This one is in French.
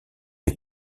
les